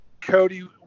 Cody